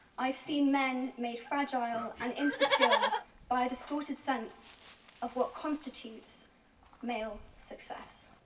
i've seen men made fragile and insecure by distorted sense of what constitutes male success.